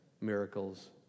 miracles